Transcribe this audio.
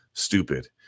stupid